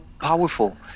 powerful